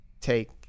take